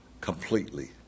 completely